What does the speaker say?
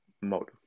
motive